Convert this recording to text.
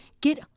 Get